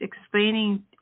explaining